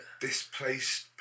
Displaced